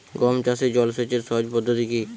গম চাষে জল সেচের সহজ পদ্ধতি কি?